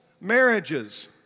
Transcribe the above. marriages